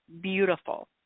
beautiful